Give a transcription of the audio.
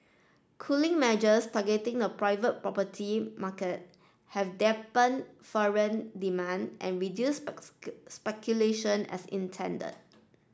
cooling measures targeting the private property market have dampened foreign demand and reduced speculation as intended